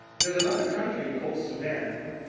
there's another country called, sudan.